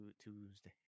Tuesday